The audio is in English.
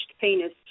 penis